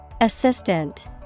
Assistant